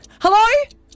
Hello